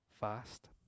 fast